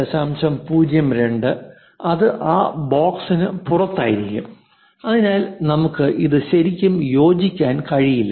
02 അത് ആ ബോക്സിന് പുറത്തായിരിക്കും അതിനാൽ നമുക്ക് ഇത് ശരിക്കും യോജിക്കാൻ കഴിയില്ല